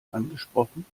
angesprochen